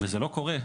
וזה לא קורה.